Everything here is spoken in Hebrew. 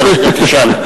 כרגע תשאל.